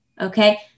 okay